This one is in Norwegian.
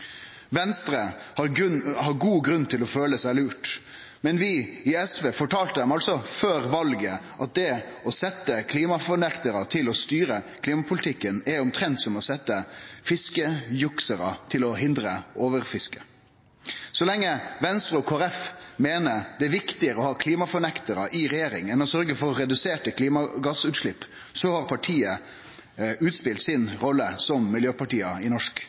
Venstre har god grunn til å føle seg lurt, men vi i SV fortalde dei altså før valet at det å setje klimafornektarar til å styre klimapolitikken er omtrent som å setje fiskejuksarar til å hindre overfiske. Så lenge Venstre og Kristeleg Folkeparti meiner det er viktigare å ha klimafornektarar i regjering enn å sørgje for reduserte klimagassutslepp, har partia spelt ut rolla si som miljøparti i norsk